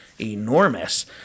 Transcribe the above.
enormous